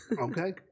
Okay